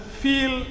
feel